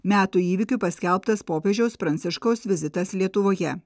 metų įvykiu paskelbtas popiežiaus pranciškaus vizitas lietuvoje